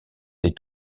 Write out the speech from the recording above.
lès